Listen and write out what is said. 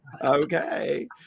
Okay